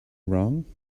wrong